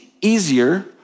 easier